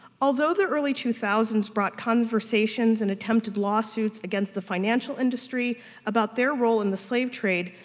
although the early two thousand s brought conversations and attempted lawsuits against the financial industry about their role in the slave trade,